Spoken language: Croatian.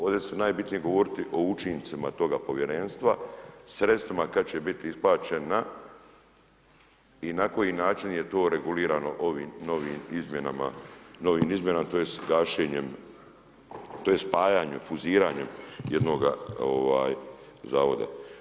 Ovdje je najbitnije govoriti o učincima toga povjerenstva sredstvima kada će biti isplaćena i na koji način je to regulirano ovim novim izmjenama, tj. gašenjem, tj. spajanjem, fuziranjem jednoga Zavoda.